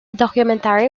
documentary